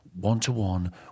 one-to-one